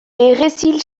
errezil